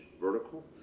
vertical